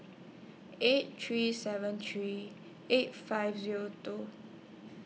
eight three seven three eight five Zero two